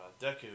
Deku